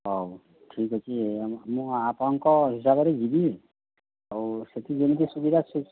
ହଉ ଠିକ୍ ଅଛି ମୁଁ ଆପଣଙ୍କ ହିସାବରେ ଯିବି ଆଉ ସେଇଠି ଯେମତି ସୁବିଧା